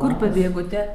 o kur pabėgote